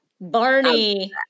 Barney